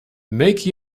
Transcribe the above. make